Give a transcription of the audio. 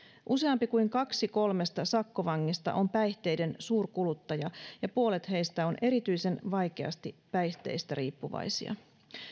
useampi kuin kaksi kolmesta sakkovangista on päihteiden suurkuluttajia ja puolet heistä on erityisen vaikeasti päihteistä riippuvaisia